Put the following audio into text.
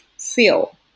feel